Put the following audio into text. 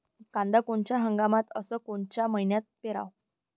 कांद्या कोनच्या हंगामात अस कोनच्या मईन्यात पेरावं?